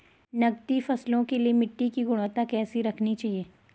नकदी फसलों के लिए मिट्टी की गुणवत्ता कैसी रखनी चाहिए?